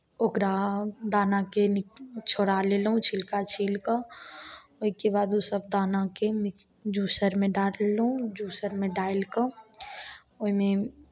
ओकरा दानाकेँ नि छोड़ा लेलहुँ छिलका छील कऽ ओहिके बाद ओसभ दानाकेँ नि जूसरमे डाललहुँ जूसरमे डालि कऽ ओहिमे